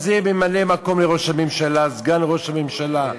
אז יש ממלא-מקום לראש הממשלה, סגן ראש הממשלה,